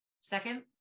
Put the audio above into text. Second